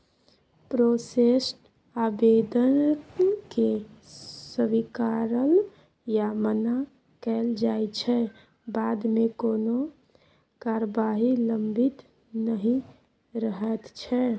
processed आबेदनकेँ स्वीकारल या मना कएल जाइ छै बादमे कोनो कारबाही लंबित नहि रहैत छै